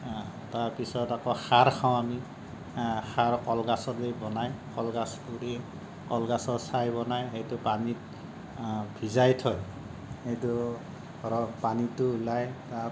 তাৰপিছত আকৌ খাৰ খাওঁ আমি খাৰ কল গছ দি বনায় কল গছ গুৰি কল গছৰ ছাঁই বনায় সেইটো পানীত ভিজাই থয় সেইটো পৰা পানীটো ওলায়